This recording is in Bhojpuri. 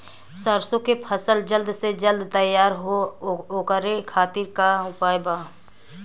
सरसो के फसल जल्द से जल्द तैयार हो ओकरे खातीर का उपाय बा?